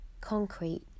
concrete